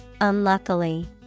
unluckily